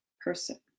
person